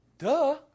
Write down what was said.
Duh